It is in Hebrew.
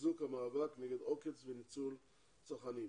לחיזוק המאבק נגד עוקץ וניצול צרכנים.